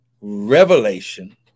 revelation